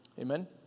Amen